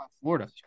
Florida